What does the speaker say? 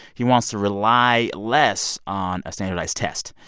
he wants to rely less on a standardized test.